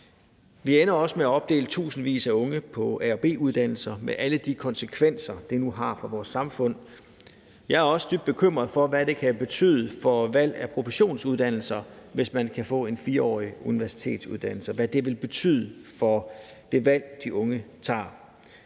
Vi ender også med at opdele tusindvis af unge på A- og B-uddannelser, med alle de konsekvenser, det nu har for vores samfund. Jeg er også dybt bekymret for, hvad det kan betyde for valget af professionsuddannelser, hvis man kan få en 4-årig universitetsuddannelse, og hvad det vil betyde for det valg, de unge tager.